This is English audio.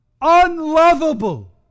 unlovable